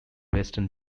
western